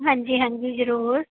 ਹਾਂਜੀ ਹਾਂਜੀ ਜ਼ਰੂਰ